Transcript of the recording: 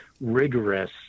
rigorous